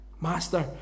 Master